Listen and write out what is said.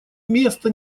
место